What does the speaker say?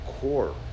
core